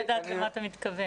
רציתי לדעת למה אתה מתכוון.